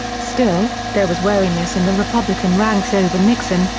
still, there was wariness in the republican ranks over nixon,